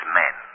men